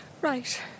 Right